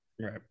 Right